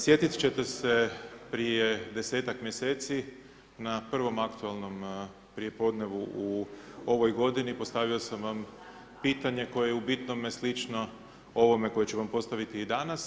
Sjetiti ćete se prije 10-ak mjeseci na prvom aktualnom prijepodnevu u ovoj godini, postavio sam vam pitanje koje je u bitnome slično ovome koje ću vam postaviti i danas.